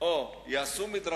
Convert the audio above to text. אפס אחוז מתוך